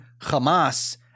Hamas